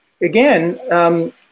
again